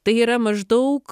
tai yra maždaug